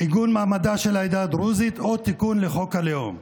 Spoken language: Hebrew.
עיגון מעמדה של העדה הדרוזית או תיקון לחוק הלאום.